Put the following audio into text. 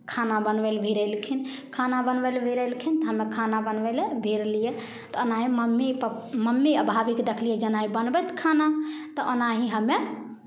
खाना बनबै लए भिरेलखिन खाना बनबै लए भिरेलखिन तऽ हमे खाना बनबै लए भिरलियै तऽ ओनाहे मम्मी प् मम्मी आ भाभीकेँ देखलियै जेनाहे बनबैत खाना तऽ ओनाही हमे